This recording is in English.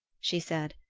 she said,